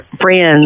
friends